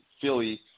Philly